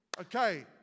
Okay